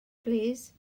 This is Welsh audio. plîs